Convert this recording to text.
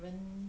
人